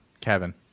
Kevin